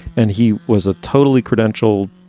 and he was a totally credentialed,